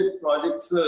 projects